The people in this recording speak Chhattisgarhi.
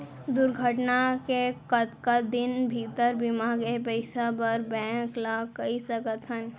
दुर्घटना के कतका दिन भीतर बीमा के पइसा बर बैंक ल कई सकथन?